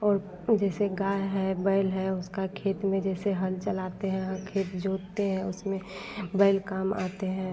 और जैसे गाय है बैल है उसका खेत में जैसे हल चलाते हैं और खेत जोतते हैं और उसमें बैल काम आते हैं